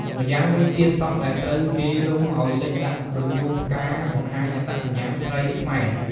ម្យ៉ាងវិញទៀតសក់ដែលត្រូវគេរុំអោយលិចដាក់ក្រញូងផ្កាបង្ហាញអត្តសញ្ញាណស្រីខ្មែរ។